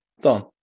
done